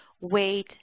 weight